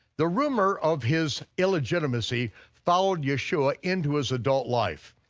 the rumor of his illegitimacy followed yeshua into his adult life.